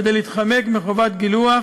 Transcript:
כדי להתחמק מחובת גילוח